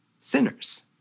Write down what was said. sinners